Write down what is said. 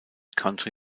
country